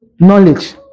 Knowledge